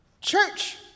Church